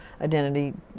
identity